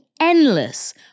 endless